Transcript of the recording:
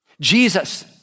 Jesus